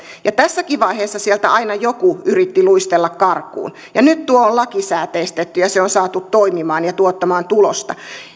ja tässäkin vaiheessa sieltä aina joku yritti luistella karkuun nyt tuo on lakisääteistetty ja se on saatu toimimaan ja tuottamaan tulosta